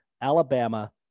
Alabama